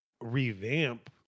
revamp